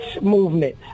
movement